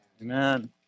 Amen